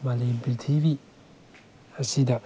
ꯃꯥꯂꯦꯝ ꯄ꯭ꯔꯤꯊꯤꯕꯤ ꯑꯁꯤꯗ